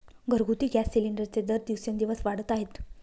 घरगुती गॅस सिलिंडरचे दर दिवसेंदिवस वाढत आहेत